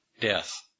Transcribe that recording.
Death